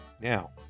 Now